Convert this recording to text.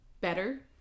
better